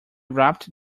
wrapped